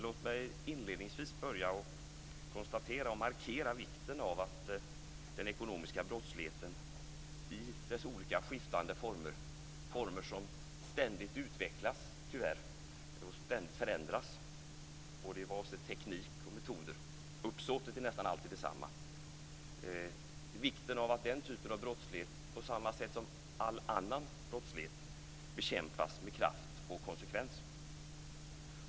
Låg mig inledningsvis konstatera och markera vikten av att den ekonomiska brottsligheten i dess olika och skiftande former - former som tyvärr ständigt utvecklas och förändras både vad avser teknik och metoder, men uppsåtet är nästan alltid detsamma - på samma sätt som all annan brottslighet bekämpas med kraft och konsekvens.